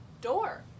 door